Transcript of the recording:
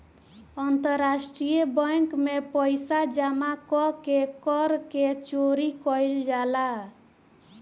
अंतरराष्ट्रीय बैंक में पइसा जामा क के कर के चोरी कईल जाला